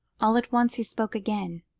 all at once he spoke again,